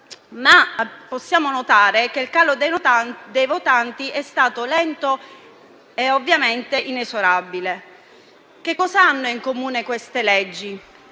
Possiamo notare che il calo dei votanti è stato lento e inesorabile. Che cosa hanno in comune queste leggi?